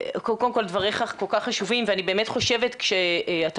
דבריך כל כך חשובים ואני באמת חושבת כשאתה